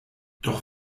doch